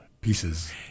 pieces